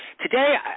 today